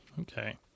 Okay